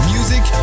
Music